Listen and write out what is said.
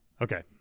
Okay